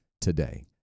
today